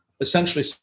essentially